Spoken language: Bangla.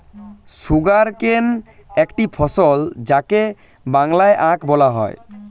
সুগারকেন একটি ফসল যাকে বাংলায় আখ বলা হয়